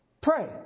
pray